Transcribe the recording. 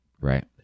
Right